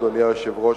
אדוני היושב-ראש,